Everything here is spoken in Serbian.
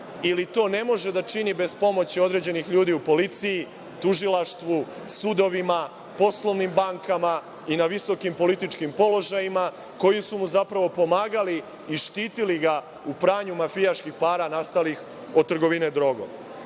ili to ne može da čini bez pomoći određenih ljudi u policiji, tužilaštvu, sudovima, poslovnim bankama i na visokim političkim položajima, koji su mu zapravo pomagali i štitili ga u pranju mafijaških para nastalih od trgovine drogom?